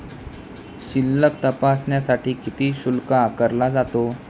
शिल्लक तपासण्यासाठी किती शुल्क आकारला जातो?